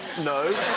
no.